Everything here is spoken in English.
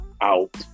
Out